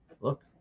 look